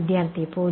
വിദ്യാർത്ഥി 0